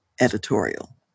editorial